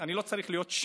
אני לא צריך להיות שם.